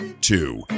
Two